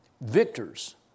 victors